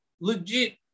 legit